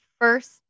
first